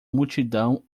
multidão